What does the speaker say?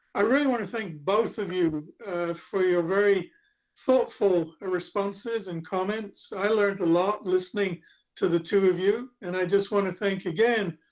i really want to thank both of you for your very thoughtful responses and comments. i learned a lot listening to the two of you. and i just want to thank, again,